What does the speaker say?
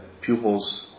pupils